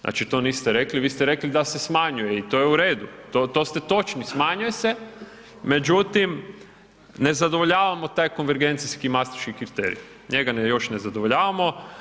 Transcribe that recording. Znači, to niste rekli, vi ste rekli da se smanjuje i to je u redu, to ste točni, smanjuje se, međutim ne zadovoljavamo taj konvergencijski Maastrichti kriterij, njega još ne zadovoljavamo.